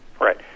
Right